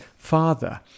father